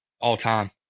all-time